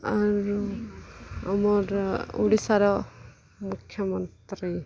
ଆଉ ଆମର୍ ଓଡ଼ିଶାର ମୁଖ୍ୟମନ୍ତ୍ରୀ